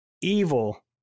evil